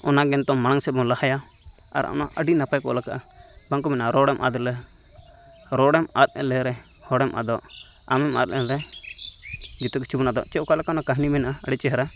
ᱚᱱᱟᱜᱮ ᱱᱤᱛᱚᱝ ᱢᱟᱲᱟᱝ ᱥᱮᱫ ᱵᱚᱱ ᱞᱟᱦᱟᱭᱟ ᱟᱨ ᱚᱱᱟ ᱟᱲᱤ ᱱᱟᱯᱟᱭ ᱠᱚ ᱚᱞ ᱟᱠᱟᱫᱼᱟ ᱵᱟᱝ ᱠᱚ ᱢᱮᱱ ᱟᱠᱟᱫᱟ ᱨᱚᱲ ᱮᱢ ᱟᱫ ᱞᱮ ᱨᱚᱲ ᱮᱢ ᱟᱫ ᱞᱮᱨᱮ ᱦᱚᱲᱮᱢ ᱟᱫᱚᱜ ᱟᱢᱮᱢ ᱟᱫ ᱞᱮᱱᱨᱮ ᱡᱮᱛᱮ ᱠᱤᱪᱷᱩ ᱵᱚᱱ ᱟᱫᱚᱜ ᱪᱮᱫ ᱚᱠᱟ ᱞᱮᱠᱟ ᱪᱚᱝ ᱠᱟᱹᱦᱱᱤ ᱢᱮᱱᱟᱜᱼᱟ ᱟᱰᱤ ᱪᱮᱦᱨᱟ